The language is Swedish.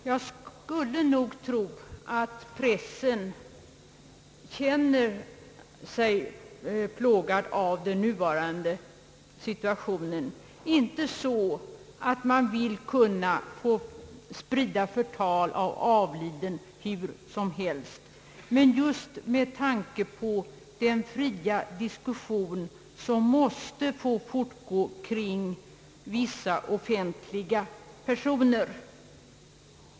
Jag skulle tro att pressen känner sig plågad av den nuvarande situationen, inte så att man vill kunna sprida förtal av avliden, men med tanke på den fria diskussion som måste få fortgå kring vissa offentliga personer.